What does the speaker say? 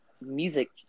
music